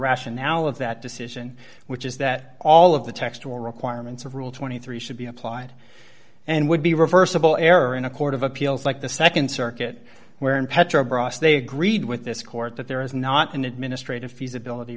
rationale of that decision which is that all of the text or requirements of rule twenty three dollars should be applied and would be reversible error in a court of appeals like the nd circuit where in petrobras they agreed with this court that there is not an administrative feasibility